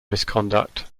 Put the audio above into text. misconduct